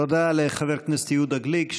תודה לחבר הכנסת יהודה גליק,